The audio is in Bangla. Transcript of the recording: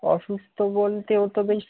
অসুস্থ বলতে ও তো বেশ